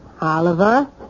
Oliver